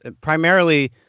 primarily